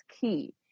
key